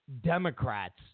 Democrats